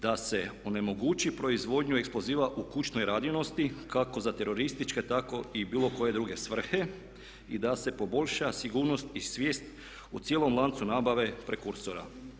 Da se onemogući proizvodnju eksploziva u kućnoj radinosti kako za terorističke, tako i bilo koje svrhe i da se poboljša sigurnost i svijest u cijelom lancu nabave prekursora.